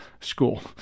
school